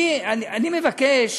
אני מבקש